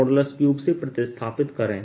3से प्रतिस्थापित करें